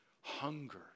hunger